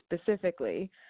specifically